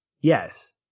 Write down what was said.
yes